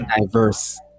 diverse